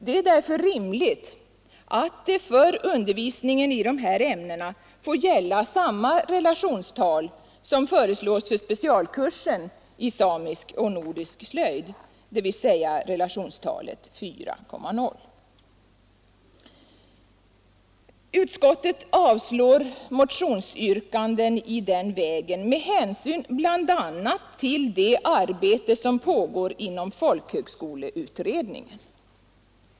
Det är därför rimligt att det för undervisningen i dessa ämnen får gälla samma relationstal som föreslås för specialkursen i samisk och nordisk slöjd, dvs. relationstalet 4,0. Utskottet avstyrker motionsyrkanden i den vägen med hänsyn bl.a. till det arbete som pågår inom folkhögskoleutredningen.